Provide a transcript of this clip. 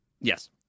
Yes